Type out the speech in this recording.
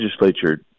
legislature